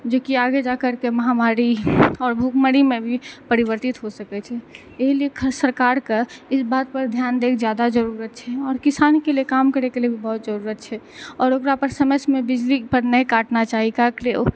जेकि आगे जाकरके महामारी आओर भुखमरीमे भी परिवर्तित हो सकै छै एहि लिए सरकारके ई बात पर ध्यान दै कऽ जादा जरुरत छै और किसानके लिए काम करयके लिए बहुत जरुरत छै औ आओर ओकर पर समय पर बिजली नहि काटना चाही काहेके लिए ओ अगर